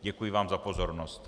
Děkuji vám za pozornost.